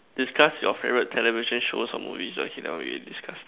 discuss your favorite television show or movies eh discuss